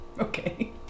Okay